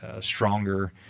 stronger